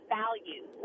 values